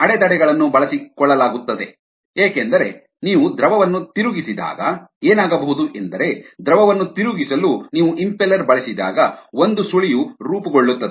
ಅಡೆತಡೆಗಳನ್ನು ಬಳಸಿಕೊಳ್ಳಲಾಗುತ್ತದೆ ಏಕೆಂದರೆ ನೀವು ದ್ರವವನ್ನು ತಿರುಗಿಸಿದಾಗ ಏನಾಗಬಹುದು ಎಂದರೆ ದ್ರವವನ್ನು ತಿರುಗಿಸಲು ನೀವು ಇಂಪೆಲ್ಲೆರ್ ಬಳಸಿದಾಗ ಒಂದು ಸುಳಿಯು ರೂಪುಗೊಳ್ಳುತ್ತದೆ